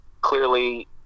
clearly